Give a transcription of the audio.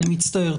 אני מצטער.